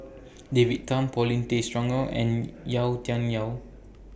David Tham Paulin Tay Straughan and Yau Tian Yau